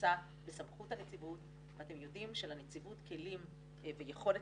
שנמצא בסמכות הנציבות ואתם יודעים שלנציבות כלים ויכולת